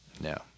No